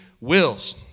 wills